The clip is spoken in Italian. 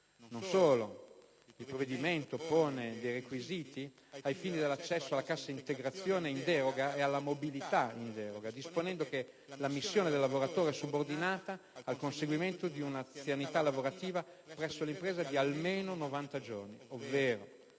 Non solo: il provvedimento pone dei requisiti ai fini dell'accesso alla cassa integrazione in deroga ed alla mobilità in deroga, disponendo che l'ammissione del lavoratore è subordinata al conseguimento di un'anzianità lavorativa presso l'impresa di almeno 90 giorni ovvero,